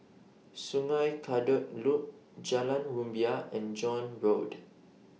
Sungei Kadut Loop Jalan Rumbia and John Road